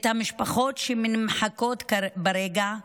את המשפחות שנמחקות ברגע,